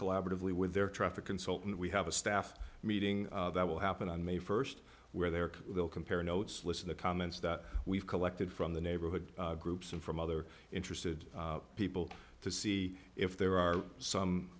collaboratively with their traffic consultant we have a staff meeting that will happen on may first where they work we'll compare notes listen the comments that we've collected from the neighborhood groups and from other interested people to see if there are some